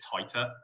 tighter